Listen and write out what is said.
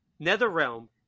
Netherrealm